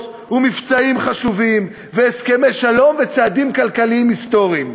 ומבצעים חשובים והסכמי שלום וצעדים כלכליים היסטוריים.